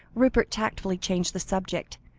rupert tactfully changed the subject,